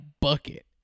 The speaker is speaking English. bucket